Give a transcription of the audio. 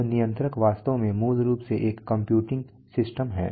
अब नियंत्रक वास्तव में मूल रूप से एक कंप्यूटिंग सिस्टम है